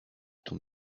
ton